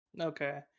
Okay